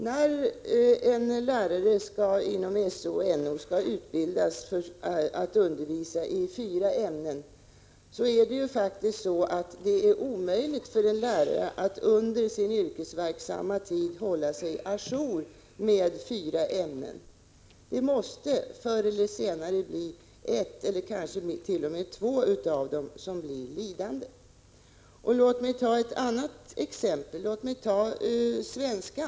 Det är faktiskt så att det är omöjligt för en lärare inom SO och NO som utbildas för att undervisa i fyra ämnen att under sin yrkesverksamma tid hålla sig å jour med alla fyra ämnena. Förr eller senare måste ett eller kanske t.o.m. två av dem bli lidande. Låt mig ta ett annat exempel: svenska.